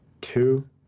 two